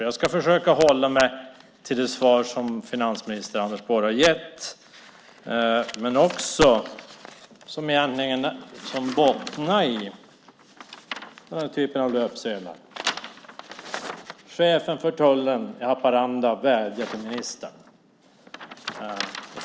Jag ska försöka hålla mig till det svar som finansminister Anders Borg har gett, men som också bottnar i den här typen av löpsedlar: "Chefen för tullen i Haparanda vädjar till ministern." Det är en löpsedel från NSD.